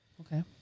Okay